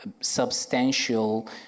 substantial